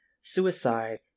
suicide